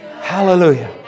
Hallelujah